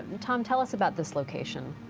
tom, tell us about this location.